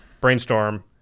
brainstorm